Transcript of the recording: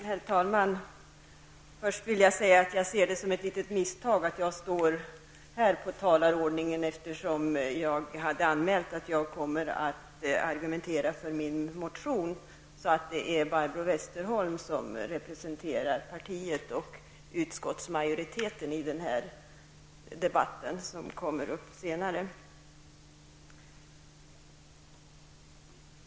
Herr talman! Först vill jag säga att jag ser det som ett litet misstag att jag har fått den här placeringen i talarordningen, eftersom jag hade anmält att jag kommer att argumentera för min motion. Det är Barbro Westerholm, som kommer upp senare, som representerar partiet och utskottsmajoriteten i den här debatten.